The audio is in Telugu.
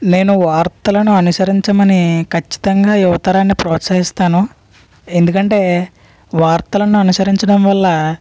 నేను వార్తలను అనుసరించమని ఖచ్చితంగా యువతరాన్ని ప్రోత్సహిస్తాను ఎందుకంటే వార్తలను అనుసరించడం వల్ల